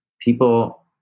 people